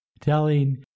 telling